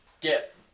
get